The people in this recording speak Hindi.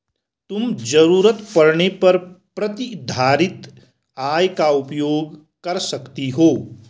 तुम ज़रूरत पड़ने पर प्रतिधारित आय का उपयोग कर सकती हो